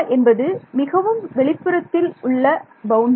என்பது மிகவும் வெளிப்புறத்தில் உள்ள பவுண்டரி